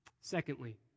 secondly